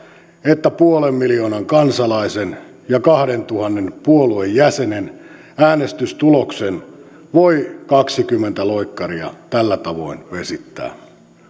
että puolen miljoonan kansalaisen ja kahdentuhannen puolueen jäsenen äänestystuloksen voi kaksikymmentä loikkaria tällä tavoin vesittää